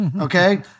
Okay